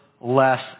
less